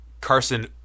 Carson